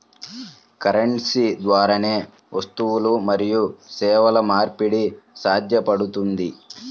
currency ద్వారానే వస్తువులు మరియు సేవల మార్పిడి సాధ్యపడుతుంది